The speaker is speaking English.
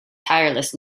tireless